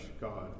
God